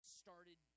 started